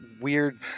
weird